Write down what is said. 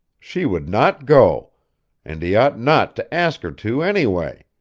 she would not go and he ought not to ask her to, anyway.